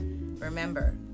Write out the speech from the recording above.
Remember